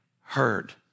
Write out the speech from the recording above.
heard